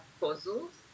puzzles